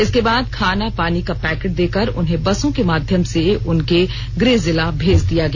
इसके बाद खाना पानी का पैकेट देकर उन्हें बसों के माध्यम से उनके गृह जिला भेज दिया गया